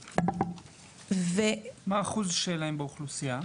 מה האחוז שלהם באוכלוסיה?